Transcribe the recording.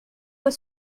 doit